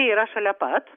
yra šalia pat